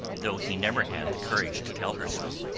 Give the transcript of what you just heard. though he never had the courage to tell her so.